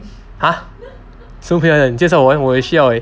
!huh! 谁来的你介绍我 leh 我也需要 leh